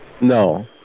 No